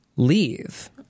Leave